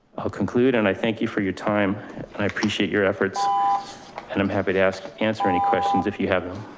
i'll conclude. and i thank you for your time i appreciate your efforts and i'm happy to ask, answer any questions if you have them.